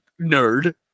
nerd